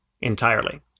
entirely